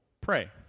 pray